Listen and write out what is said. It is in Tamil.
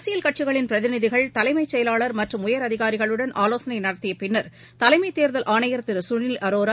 அரசியல் கட்சிகளின் பிரதிநிதிகள் தலைனமச் செயலாளர் மற்றும் உயர் அதிகாரிகளுடன் ஆலோசனைநடத்தியபின்னர் தலைமைத் தேர்தல் ஆணையர் திருகளில் அரோரா